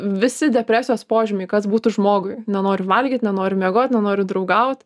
visi depresijos požymiai kas būtų žmogui nenoriu valgyt nenoriu miegot nenoriu draugaut